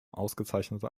ausgezeichnete